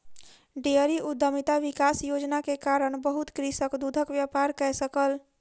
dairy उद्यमिता विकास योजना के कारण बहुत कृषक दूधक व्यापार कय सकल